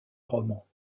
romans